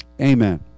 Amen